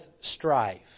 strife